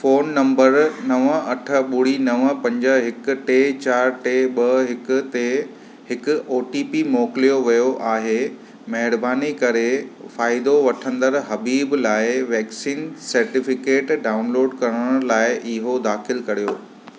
phone number नव अठ ॿुड़ी नव पंज हिकु टे चार टे ॿ हिक ते हिकु ओ टी पी मोकिलियो वयो आहे महिरबानी करे फ़ाइदो वठंदड़ हबीब लाइ वैक्सीन सर्टिफिकेट डाउनलोड करण लाइ इहो दाख़िल कर्यो